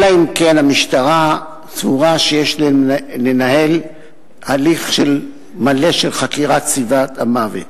אלא אם כן המשטרה סבורה שיש לנהל הליך מלא של חקירת סיבת המוות.